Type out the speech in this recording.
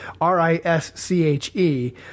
R-I-S-C-H-E